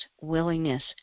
willingness